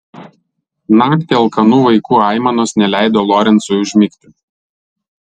naktį alkanų vaikų aimanos neleido lorencui užmigti